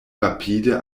rapide